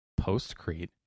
Postcrete